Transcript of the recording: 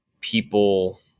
people